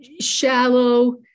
shallow